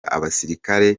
abasirikare